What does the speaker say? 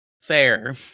Fair